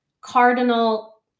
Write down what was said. Cardinal